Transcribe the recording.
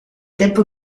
tempo